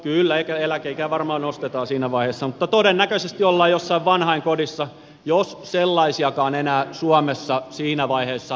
kyllä eläkeikää varmaan nostetaan siinä vaiheessa mutta todennäköisesti olemme jossain vanhainkodissa jos sellaisiakaan enää suomessa siinä vaiheessa on olemassa